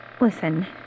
Listen